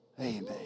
Amen